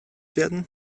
werden